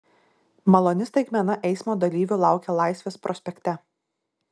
maloni staigmena eismo dalyvių laukia laisvės prospekte